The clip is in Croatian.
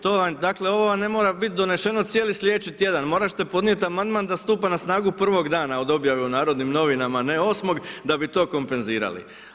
To vam, dakle ovo vam ne mora biti doneseno cijeli sljedeći tjedan, morati ćete podnijeti amandman da stupa na snagu prvog dana od objave u Narodnim novinama a ne 8.-og da bi to kompenzirali.